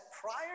prior